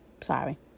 Sorry